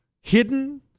hidden